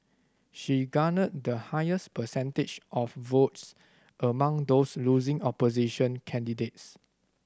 she garnered the highest percentage of votes among those losing opposition candidates